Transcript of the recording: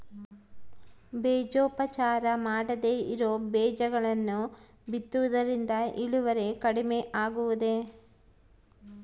ಬೇಜೋಪಚಾರ ಮಾಡದೇ ಇರೋ ಬೇಜಗಳನ್ನು ಬಿತ್ತುವುದರಿಂದ ಇಳುವರಿ ಕಡಿಮೆ ಆಗುವುದೇ?